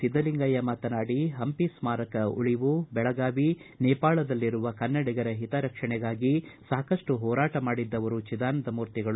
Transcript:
ಸಿದ್ದಲಿಂಗಯ್ಯ ಮಾತನಾಡಿ ಹಂಪಿ ಸ್ಮಾರಕ ಉಳಿವು ಬೆಳಗಾವಿ ನೇಪಾಳದಲ್ಲಿರುವ ಕನ್ನಡಿಗರ ಹಿತರಕ್ಷಣೆಗಾಗಿ ಸಾಕಷ್ಟು ಹೋರಾಟ ಮಾಡಿದ್ದವರು ಚಿದಾನಂದಮೂರ್ತಿಗಳು